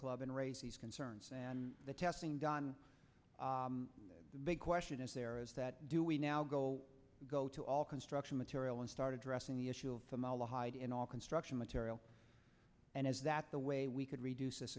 club and raise these concerns and the testing done the big question is there is that do we now go go to all construction material and start addressing the issue of formaldehyde in all construction material and is that the way we could reduce